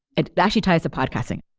it actually ties to podcasting,